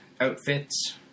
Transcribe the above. outfits